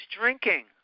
drinking